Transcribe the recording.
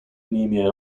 anemia